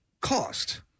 cost